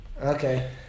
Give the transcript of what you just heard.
Okay